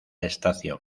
estación